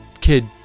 kid